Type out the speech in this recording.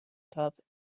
cup